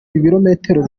ibirometero